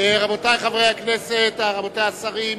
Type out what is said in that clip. רבותי חברי הכנסת, רבותי השרים,